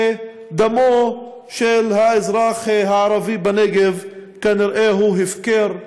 שדמו של האזרח הערבי בנגב כנראה הוא הפקר,